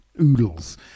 Oodles